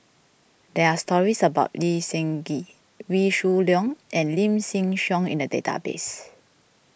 there are stories about Lee Seng Gee Wee Shoo Leong and Lim Chin Siong in the database